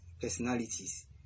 personalities